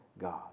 God